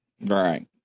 Right